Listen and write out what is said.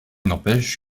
n’empêche